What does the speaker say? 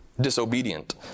disobedient